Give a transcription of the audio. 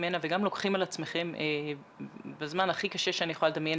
הנה וגם לוקחים על עצמכם בזמן הכי קשה שאני יכולה לדמיין